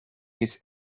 his